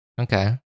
Okay